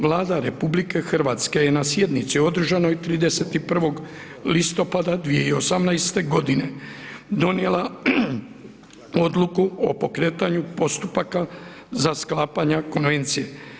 Vlada RH je na sjednici održanoj 31. listopada 2018.g. donijela odluku o pokretanju postupaka za sklapanja Konvencije.